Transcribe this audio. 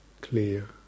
clear